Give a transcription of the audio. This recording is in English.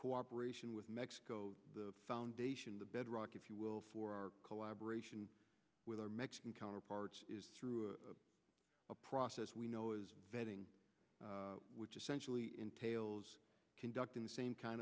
cooperation with mexico the foundation the bedrock if you will for our collaboration with our mexican counterparts through a process we know is vetting which essentially entails conducting the same kind